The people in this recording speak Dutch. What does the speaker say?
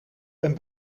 een